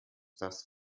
das